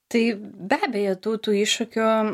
tai be abejo tų tų iššūkių